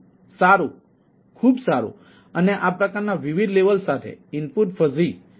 તેથી એક લાક્ષણિક દૃશ્ય નો ઉપયોગ કરે છે